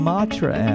Matra